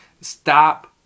Stop